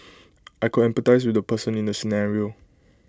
I could empathise with the person in the scenario